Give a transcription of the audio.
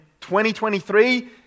2023